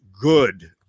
good